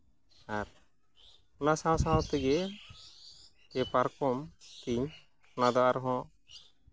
ᱦᱮᱸ ᱚᱱᱟ ᱥᱟᱶ ᱥᱟᱶ ᱛᱮᱜᱮ ᱯᱟᱨᱠᱚᱢ ᱛᱮᱧ ᱚᱱᱟᱫᱚ ᱟᱨᱦᱚᱸ